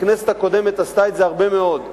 הכנסת הקודמת עשתה את זה הרבה מאוד.